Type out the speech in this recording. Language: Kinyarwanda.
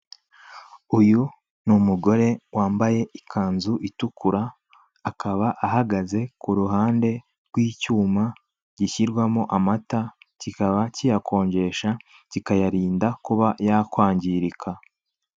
Uyu ni umugore wambaye ikanzu itukura akaba ahagaze ku ruhande rw'icyuma gishyirwamo amata, kikaba kiyakonjesha kikayarinda kuba yakwangirika.